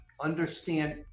understand